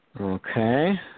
Okay